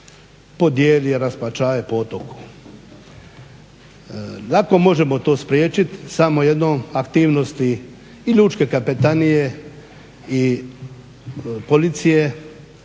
podijeli, raspačava po otoku. Lako možemo to spriječit samo jednom aktivnosti i Lučke kapetanije i policije,